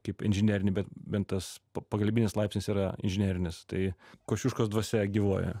kaip inžinerinį bet bent tas pa pagalbinis laipsnis yra inžinerinis tai kosciuškos dvasia gyvuoja